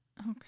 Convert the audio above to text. Okay